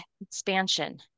expansion